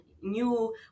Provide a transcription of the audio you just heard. new